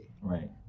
Right